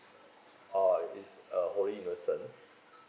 uh it's uh holy innocents'